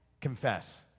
Confess